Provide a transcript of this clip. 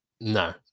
No